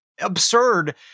absurd